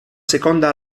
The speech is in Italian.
seconda